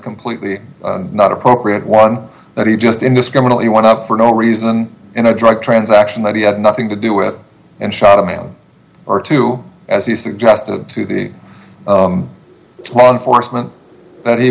completely not appropriate one that he just indiscriminately one up for no reason in a drug transaction that he had nothing to do with and shot a male or two as he suggested to the law enforcement that he